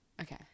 Okay